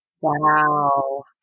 Wow